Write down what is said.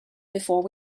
before